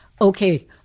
Okay